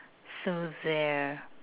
so there